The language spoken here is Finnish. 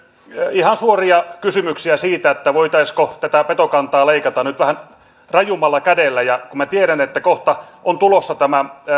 ihan suoria kysymyksiä siitä voitaisiinko tätä petokantaa leikata nyt vähän rajummalla kädellä kun tiedän että kohta on tulossa tämä